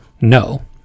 No